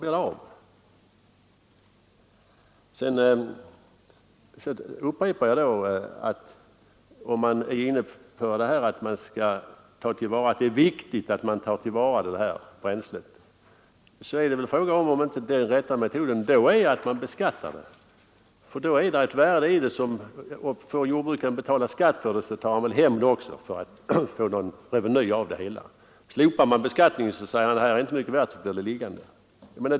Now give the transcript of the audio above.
Jag upprepar att om man är inne på tanken att det är viktigt att inhemskt bränsle tas till vara, är väl frågan om inte rätta metoden i så fall är att beskatta det bränslet. Då får det ett värde, och betalar jordbrukaren skatt för bränslet tar han väl hem det också för att få någon reveny av det hela. Slopar man beskattningen, tycker han att detta bränsle inte är mycket värt, och så blir det liggande.